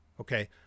Okay